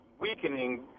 weakening